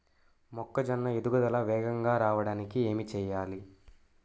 మొక్కజోన్న ఎదుగుదల వేగంగా రావడానికి ఏమి చెయ్యాలి?